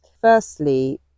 Firstly